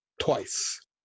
twice